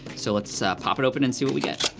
so let's pop it open and see what we got.